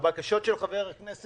הבקשות של מיקי